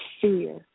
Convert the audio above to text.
fear